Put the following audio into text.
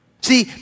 See